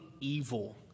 evil